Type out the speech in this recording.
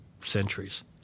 centuries